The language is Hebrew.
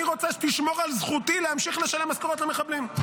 אני רוצה שתשמור על זכותי להמשיך לשלם משכורות למחבלים.